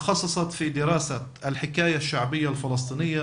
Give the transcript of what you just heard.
היא התמחתה בחקר סיפור המעשייה העממי הפלסטיני,